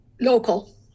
Local